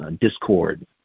discord